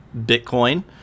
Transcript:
Bitcoin